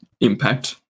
impact